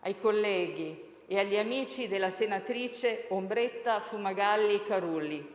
ai colleghi e agli amici della senatrice Ombretta Fumagalli Carulli.